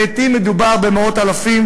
לעתים מדובר במאות אלפים,